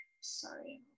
sorry